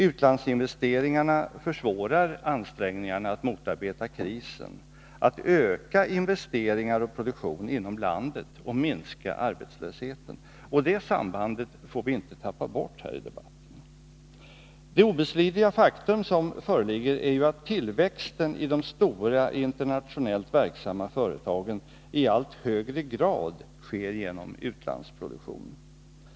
Utlandsinvesteringarna försvårar ansträngningarna att motarbeta krisen, att öka investeringar och produktion inom landet och att minska arbetslösheten. Det sambandet får vi inte tappa bort i debatten. Det obestridliga faktum som föreligger är ju att tillväxten i de stora internationellt verksamma företagen i allt högre grad sker genom utlandsproduktion.